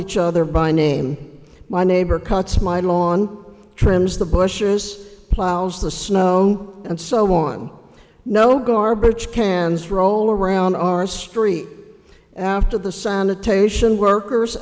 each other by name my neighbor cuts my lawn trims the bushes plows the snow and so on no garbage cans roll around our street after the sanitation workers